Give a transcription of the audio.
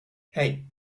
hey